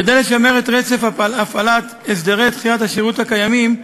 כדי לשמר את רצף הפעלת הסדרי דחיית השירות הקיימים,